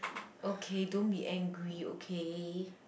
okay don't be angry okay